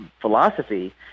philosophy